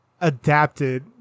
adapted